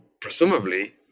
presumably